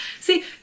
See